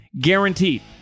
Guaranteed